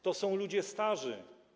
To są ludzie starzy.